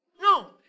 no